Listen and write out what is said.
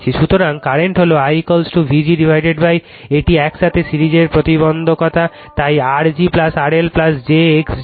সুতরাং কারেন্ট হল IVgএটি একসাথে সিরিজের প্রতিবন্ধকতা তাই R g RL j x g